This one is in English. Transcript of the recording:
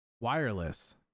wireless